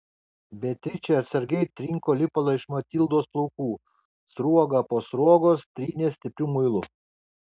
beatričė atsargiai trinko lipalą iš matildos plaukų sruogą po sruogos trynė stipriu muilu